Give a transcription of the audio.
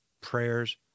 Prayers